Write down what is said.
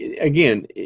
again